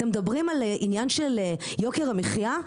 אתם מדברים על עניין של יוקר המחיה?